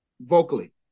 vocally